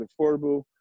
affordable